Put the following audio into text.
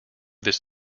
this